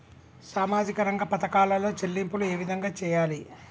సామాజిక రంగ పథకాలలో చెల్లింపులు ఏ విధంగా చేయాలి?